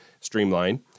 Streamline